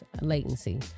latency